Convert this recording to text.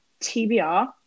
TBR